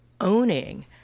owning